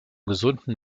gesunden